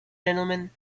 gentlemen